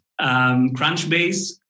Crunchbase